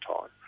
time